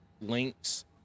links